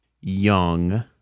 young